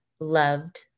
loved